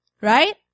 right